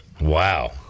Wow